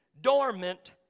dormant